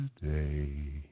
today